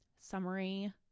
summary